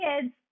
kids